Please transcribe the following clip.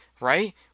right